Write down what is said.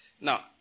Now